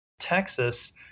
Texas